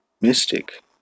mystic